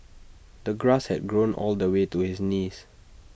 the grass had grown all the way to his knees